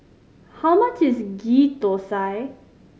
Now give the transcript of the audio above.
how much is Ghee Thosai